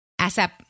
ASAP